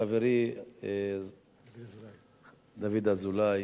חברי דוד אזולאי.